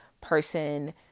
person